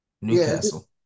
Newcastle